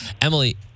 Emily